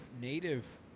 native